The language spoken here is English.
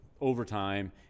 overtime